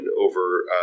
over